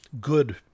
good